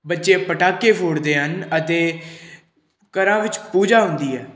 ਬੱਚੇ ਪਟਾਕੇ ਫੋੜਦੇ ਹਨ ਅਤੇ ਘਰਾਂ ਵਿੱਚ ਪੂਜਾ ਹੁੰਦੀ ਹੈ